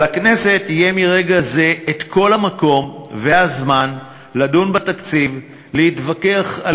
לכנסת יהיה מרגע זה כל המקום והזמן לדון בתקציב ולהתווכח על